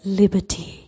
liberty